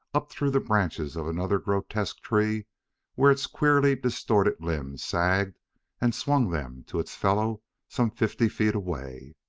up through the branches of another grotesque tree where its queerly distorted limbs sagged and swung them to its fellow some fifty feet away.